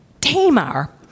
Tamar